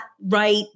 right